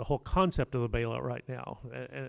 the whole concept of the bailout right now